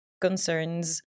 concerns